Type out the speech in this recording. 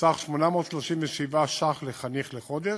בסך 837 ש"ח לחניך לחודש,